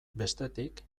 bestetik